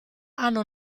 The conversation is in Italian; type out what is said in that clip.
hanno